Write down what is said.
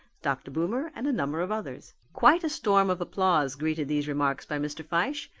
dr. boomer, and a number of others. quite a storm of applause greeted these remarks by mr. fyshe,